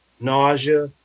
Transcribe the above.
nausea